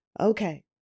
Okay